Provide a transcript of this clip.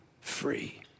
free